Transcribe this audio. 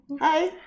Hi